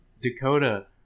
Dakota